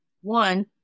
One